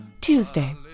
Tuesday